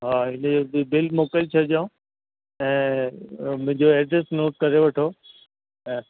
हा हिन जो बि बिल मोकिले छॾिजो ऐं मुंहिंजो एड्रेस नोट करे वठो ऐं